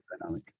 dynamic